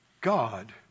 God